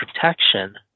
protection